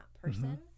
person